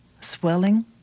swelling